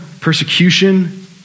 persecution